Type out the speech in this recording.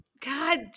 God